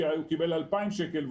כי הוא קיבל 2,000 שקל,